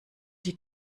die